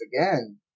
again